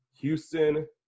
Houston